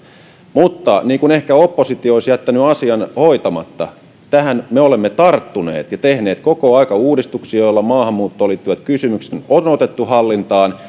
mutta oppositio olisi ehkä jättänyt asian hoitamatta tähän me olemme tarttuneet ja tehneet koko ajan uudistuksia joilla maahanmuuttoon liittyvät kysymykset on otettu hallintaan